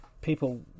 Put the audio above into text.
People